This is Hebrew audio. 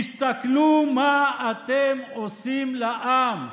תסתכלו מה אתם עושים לעם,